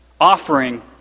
offering